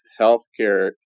healthcare